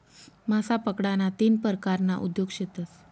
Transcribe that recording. मासा पकडाना तीन परकारना उद्योग शेतस